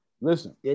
Listen